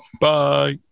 bye